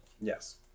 Yes